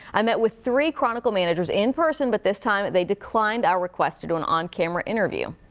i met with three chronicle managers in person but this time they declined our requests to do an on-camera interview.